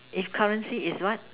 if currency is what